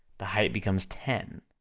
the height becomes ten.